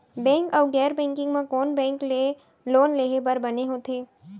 Bank अऊ गैर banking म कोन बैंक ले लोन लेहे बर बने होथे?